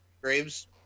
Graves